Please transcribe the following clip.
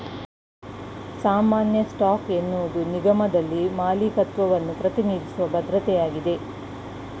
ಸಾಮಾನ್ಯ ಸ್ಟಾಕ್ ಎನ್ನುವುದು ನಿಗಮದಲ್ಲಿ ಮಾಲೀಕತ್ವವನ್ನ ಪ್ರತಿನಿಧಿಸುವ ಭದ್ರತೆಯಾಗಿದೆ